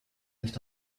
nicht